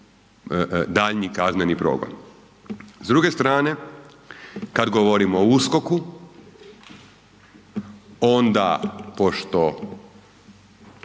daljnji kazneni progon. S druge strane, kad govorimo o USKOK-u, onda pošto